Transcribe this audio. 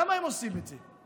למה הם עושים את זה?